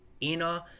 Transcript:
inner